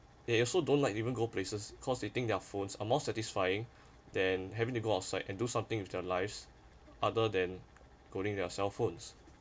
they also don't like even go places cause they think their phones are more satisfying than having to go outside and do something with their lives other than holding their cellphones